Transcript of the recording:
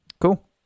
Cool